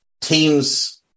teams